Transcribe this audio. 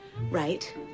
right